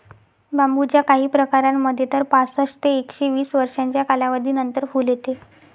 बांबूच्या काही प्रकारांमध्ये तर पासष्ट ते एकशे वीस वर्षांच्या कालावधीनंतर फुल येते